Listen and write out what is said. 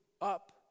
up